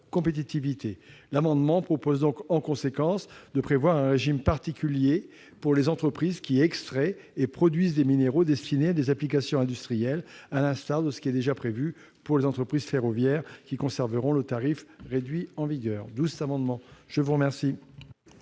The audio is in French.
amendement vise, en conséquence, à prévoir un régime particulier pour les entreprises qui extraient et produisent des minéraux destinés à des applications industrielles, à l'instar de ce qui est déjà prévu pour les entreprises ferroviaires qui conserveront le tarif réduit en vigueur. Quel est l'avis de